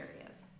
areas